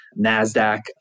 NASDAQ